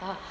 ah